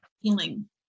Healing